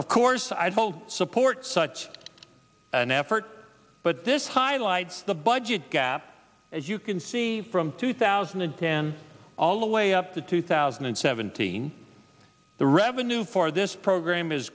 of course i told support such an effort but this highlights the budget gap as you can see from two thousand and ten all the way up to two thousand and seventeen the revenue for this program is